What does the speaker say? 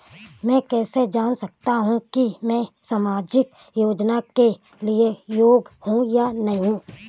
मैं कैसे जान सकता हूँ कि मैं सामाजिक योजना के लिए योग्य हूँ या नहीं?